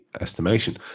estimation